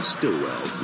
Stilwell